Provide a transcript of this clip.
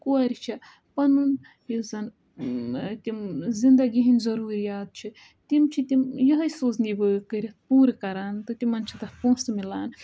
کورِ چھِ پَنُن یُس زَن تِم زِنٛدگی ہٕنٛدۍ ضروٗریات چھِ تِم چھِ تِم یِہَے سوٗزنہِ ؤٲرک کٔرِتھ پوٗرٕ کَران تہٕ تِمَن چھِ تَتھ پۅنٛسہٕ میلان